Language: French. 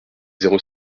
zéro